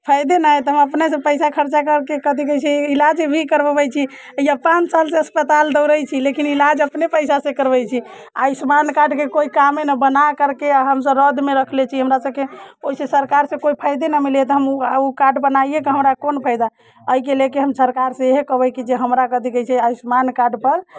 फाइदे नहि हय तऽ हम अपनेसँ पैसा खर्चा करिके कथी कहै छै इलाज भी करबबै छी इहाँ पाँच सालसँ अस्पताल दौड़ै छी लेकिन इलाज अपने पैसासँ करबै छी आयुष्मान कार्डके कोइ कामे नहि बनाकरके हमसभ रद्दमे रखले छी हमरा सभके ओइसँ सरकारसँ कोइ फाइदे नहि मिलैए तऽ हम उ उ कार्ड बनैए कऽ हमरा कोन फाइदा अइके लेके हम सरकारसँ इहे कहबै कि जे हमरा कथी कहै छै आयुष्मान कार्डपर